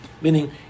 Meaning